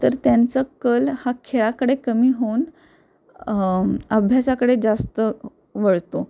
तर त्यांचं कल हा खेळाकडे कमी होऊन अभ्यासाकडे जास्त वळतो